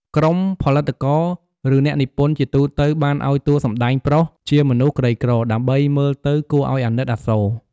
ក្រុមផលិតករ ឬអ្នកនិពន្ធជាទូទៅបានឲ្យតួសម្ដែងប្រុសជាមនុស្សក្រីក្រ ដើម្បីមើលទៅគួរឲ្យអាណិតអាសូរ ។